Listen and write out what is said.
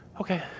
okay